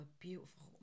beautiful